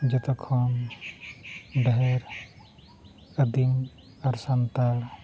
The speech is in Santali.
ᱡᱚᱛᱚᱠᱷᱚᱱ ᱰᱟᱦᱮᱨ ᱟᱹᱫᱤᱢ ᱟᱨ ᱥᱟᱱᱛᱟᱲ